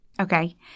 Okay